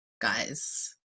guys